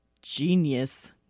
genius